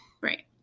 Right